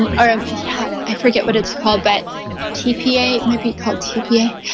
i um yeah i forget what it's called. but tpa, it might be called tpa.